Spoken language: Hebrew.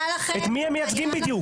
את מי הם מייצגים בדיוק?